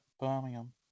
Birmingham